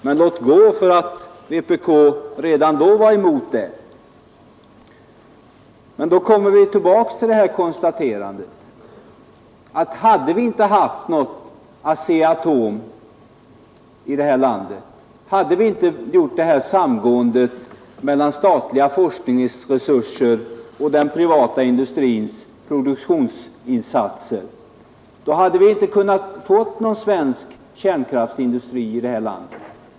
Men låt gå för att vpk redan då var emot ASEA-Atom. Då kommer vi emellertid tillbaka till konstaterandet, att hade vi inte haft något ASEA-Atom i det här landet, dvs. hade vi inte gjort det här samgåendet mellan statliga forskningsresurser och den privata industrins produktionsinsatser, så hade vi inte kunnat få någon svensk kärnkraftindustri.